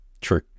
True